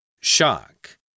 Shock